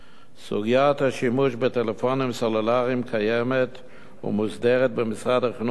סוגיית השימוש בטלפונים סלולריים קיימת ומוסדרת במשרד החינוך באמצעות